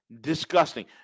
disgusting